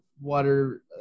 water